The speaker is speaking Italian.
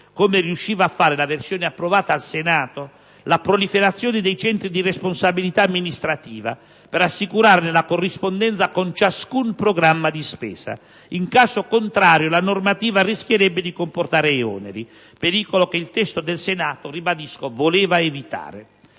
come riusciva a fare la versione approvata dal Senato, la proliferazione dei centri di responsabilità amministrativa per assicurarne la corrispondenza con ciascun programma di spesa: in caso contrario, la normativa rischierebbe di comportare oneri, pericolo che il testo del Senato - ribadisco - voleva evitare.